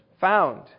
found